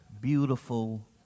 beautiful